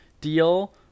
deal